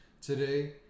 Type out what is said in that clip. today